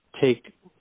take